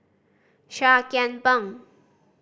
Seah Kian Peng